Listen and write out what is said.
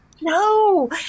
No